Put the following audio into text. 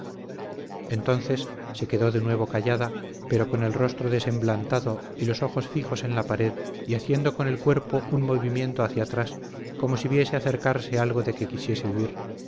entonces se quedó de nuevo callada pero con el rostro desemblantado y los ojos fijos en la pared y haciendo con el cuerpo un movimiento hacia atrás como si viese acercarse algo de que quisiese huir